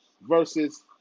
versus